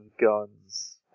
guns